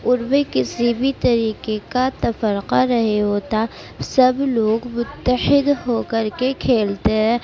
ان میں کسی بھی طریقے کا تفرقہ نہیں ہوتا سب لوگ متحد ہوکر کے کھیلتے ہیں